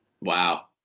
Wow